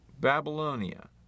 Babylonia